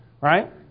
right